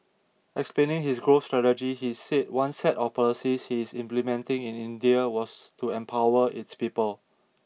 explaining his growth strategy he said one set of policies he is implementing in India was to empower its people